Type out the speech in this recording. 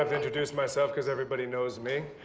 um introduce myself, cause everybody knows me,